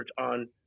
on